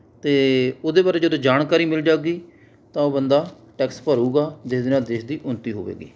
ਅਤੇ ਉਹਦੇ ਬਾਰੇ ਜਦੋਂ ਜਾਣਕਾਰੀ ਮਿਲ ਜਾਊਂਗੀ ਤਾਂ ਉਹ ਬੰਦਾ ਟੈਕਸ ਭਰੇਗਾ ਜਿਸ ਦੇ ਨਾਲ ਦੇਸ਼ ਦੀ ਉੱਨਤੀ ਹੋਵੇਗੀ